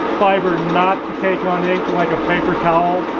fibers not to take on ink like a paper towel